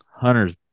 Hunter's